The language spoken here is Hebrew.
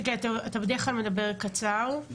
אתה בדרך כלל מדבר קצר,